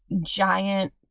giant